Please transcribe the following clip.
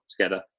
together